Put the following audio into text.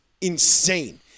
insane